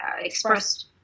expressed